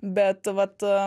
bet vat